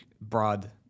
broad